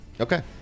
Okay